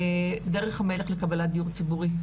"דרך המלך" לקבלת דיור ציבורי,